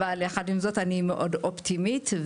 יחד עם זאת, אני מאוד אופטימית.